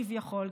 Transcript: כביכול,